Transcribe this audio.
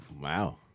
Wow